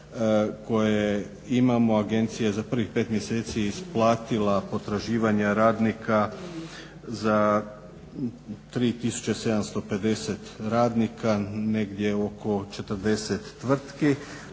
koje imamo agencija je za prvih pet mjeseci isplatila potraživanja radnika za 3750 radnika negdje oko 40tvrtki.